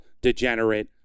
degenerate